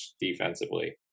defensively